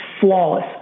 flawless